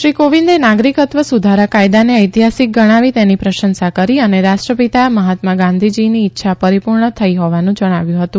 શ્રી કોવિંદે નાગરીકત્વ સુધારા કાયદાને ઐતિહાસીક ગણાવી તેની પ્રશંસા કરી અને રાષ્ટ્રપિતા હાત્મા ગાંધીજીની ઈચ્છા પરિપૂર્ણ થઈ હોવાનું જણાવ્યું હતું